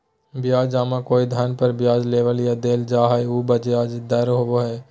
ब्याज जमा कोई धन पर ब्याज लेबल या देल जा हइ उ ब्याज दर होबो हइ